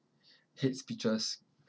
hate speeches